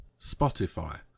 Spotify